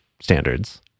standards